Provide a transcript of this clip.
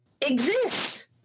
exists